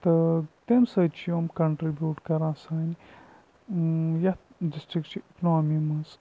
تہٕ تمہِ سۭتۍ چھِ یِم کَنٹرٛبیوٗٹ کَران سانہِ یَتھ ڈِسٹِرٛکچہِ اِکنامی منٛز